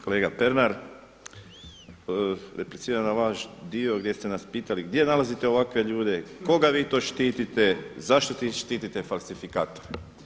Kolega Pernar, repliciram na vaš dio gdje ste nas pitali, gdje nalazite ovakve ljude, koga vi to štitite, zašto štitite falsifikatore.